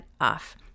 off